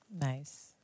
Nice